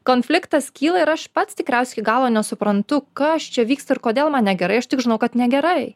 konfliktas kyla ir aš pats tikriausia iki galo nesuprantu kas čia vyksta ir kodėl man negerai aš tik žinau kad negerai